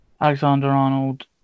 Alexander-Arnold